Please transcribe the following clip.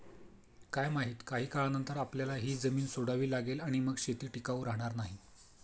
काय माहित, काही काळानंतर आपल्याला ही जमीन सोडावी लागेल आणि मग शेती टिकाऊ राहणार नाही